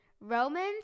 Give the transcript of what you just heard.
Romans